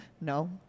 No